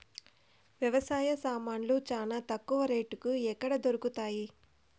వ్యవసాయ సామాన్లు చానా తక్కువ రేటుకి ఎక్కడ దొరుకుతుంది?